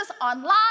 online